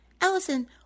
Allison